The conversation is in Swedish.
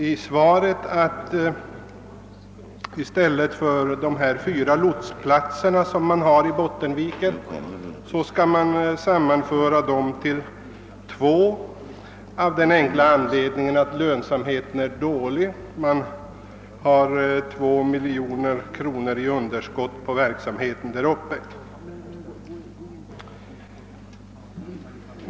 I svaret sägs att de fyra lotsplatserna i Bottenviken skall sammanföras till två av den anledningen att lönsamheten är dålig; verksamheten här uppvisar ett underskott på 2 miljoner kronor.